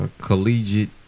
collegiate